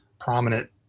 prominent